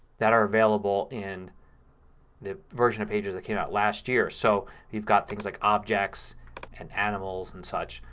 that are available in the version of pages that came out last year. so you've got things like objects and animals and such.